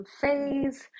phase